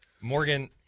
Morgan